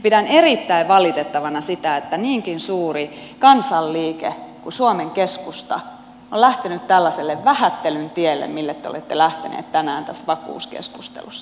pidän erittäin valitettavana sitä että niinkin suuri kansanliike kuin suomen keskusta on lähtenyt tällaiselle vähättelyn tielle mille te olette lähteneet tänään tässä vakuuskeskustelussa